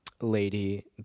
lady